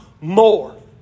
more